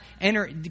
enter